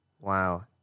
Wow